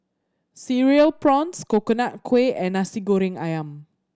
Cereal Prawns Coconut Kuih and Nasi Goreng Ayam